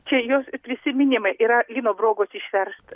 čia jos prisiminimai yra lino brogos išversta